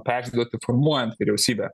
persiduoti formuojant vyriausybę